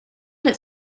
that